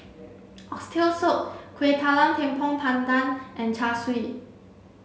oxtail soup Kueh Talam Tepong Pandan and Char Siu